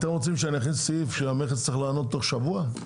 אתם רוצים שאנחנו נכניס סעיף שהמכס צריך לענות תוך שבוע?